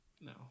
no